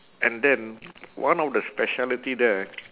and then one of the speciality there